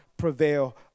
prevail